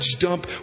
dump